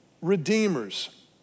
redeemers